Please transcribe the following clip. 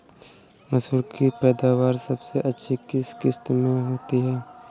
मसूर की पैदावार सबसे अधिक किस किश्त में होती है?